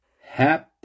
Hap